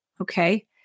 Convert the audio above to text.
Okay